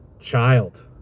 child